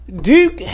Duke